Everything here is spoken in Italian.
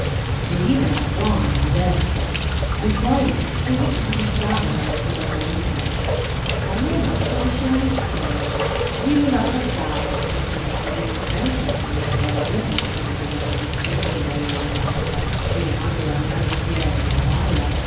melina era buona modesta e poi cosí disgustata dall'antica sua vita a roma non conosceva nessuno viveva appartata e se non proprio contenta si dimostrava gratissima della condizione che le avevano fatta richiamandola due anni addietro da padova